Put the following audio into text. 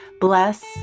bless